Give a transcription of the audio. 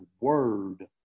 word